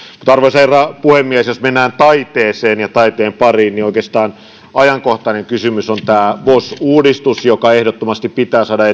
arvoisa herra puhemies jos mennään taiteeseen ja taiteen pariin niin oikeastaan ajankohtainen kysymys on tämä vos uudistus joka ehdottomasti pitää saada